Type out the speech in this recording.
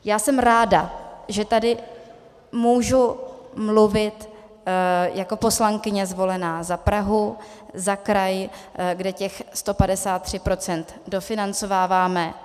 Já jsem ráda, že tady můžu mluvit jako poslankyně zvolená za Prahu, za kraj, kde těch 153 procent dofinancováváme.